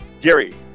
Gary